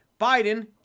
Biden